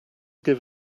give